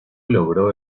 logró